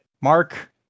Mark